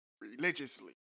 religiously